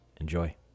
Enjoy